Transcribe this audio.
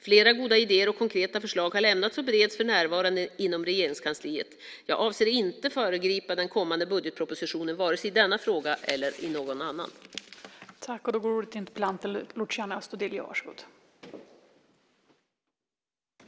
Flera goda idéer och konkreta förslag har lämnats och bereds för närvarande inom Regeringskansliet. Jag avser inte att föregripa den kommande budgetpropositionen vare sig i denna fråga eller i någon annan fråga.